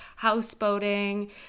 houseboating